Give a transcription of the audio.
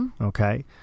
okay